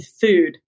food